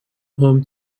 home